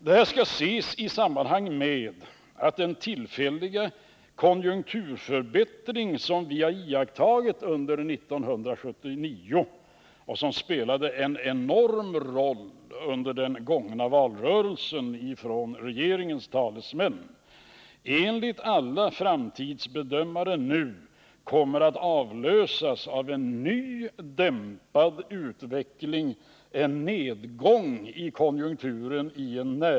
Detta skall ses i sammanhang med den tillfälliga konjunkturförbättring som vi under 1979 har iakttagit och som under den gångna valrörelsen enligt regeringens talesmän spelade en enorm roll. Enligt alla framtidsbedömare kommer denna i en nära framtid att avlösas av en ny dämpad utveckling, en nedgång i konjunkturen.